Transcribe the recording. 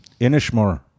Inishmore